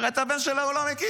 הרי את הבן שלה הוא לא מכיר,